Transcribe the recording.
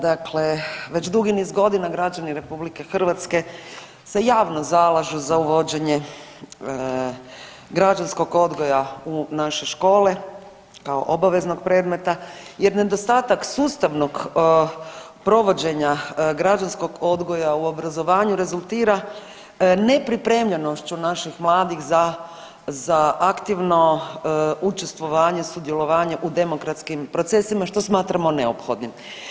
Dakle, već dugi niz godina građani RH se javno zalažu za uvođenje građanskog odgoja u naše škole kao obaveznog predmeta jer nedostatak sustavnog provođenja građanskog odgoja u obrazovanju rezultira nepripremljenošću naših mladih za, za aktivno učestvovanje, sudjelovanje u demokratskim procesima, što smatramo neophodnim.